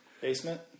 Basement